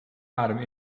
adem